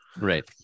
Right